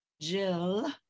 Jill